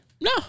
No